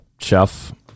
chef